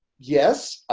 yes,